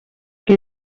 que